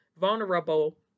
vulnerable